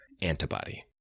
antibody